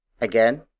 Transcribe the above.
Again